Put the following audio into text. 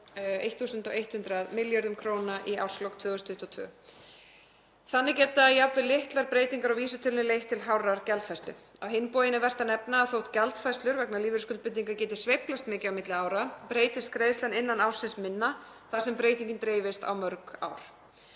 1.100 milljörðum kr. í árslok 2022. Þannig geta jafnvel litlar breytingar á vísitölunni leitt til hárrar gjaldfærslu. Á hinn bóginn er vert að nefna að þótt gjaldfærslur vegna lífeyrisskuldbindinga geti sveiflast mikið á milli ára breytist greiðslan innan ársins minna þar sem breytingin dreifist á mörg ár.